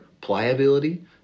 pliability